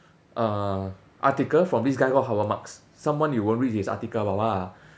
uh article from this guy called marks someone you won't read his article about what lah